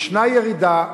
ישנה ירידה,